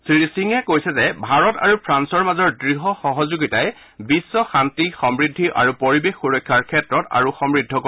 শ্ৰীসিঙে কৈছে যে ভাৰত আৰু ফ্ৰালৰ মাজৰ দ্ঢ় সহযোগিতাই বিশ্ব শান্তি সমূদ্ধি আৰু পৰিৱেশ সুৰক্ষাৰ ক্ষেত্ৰত আৰু সমূদ্ধ কৰিব